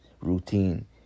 routine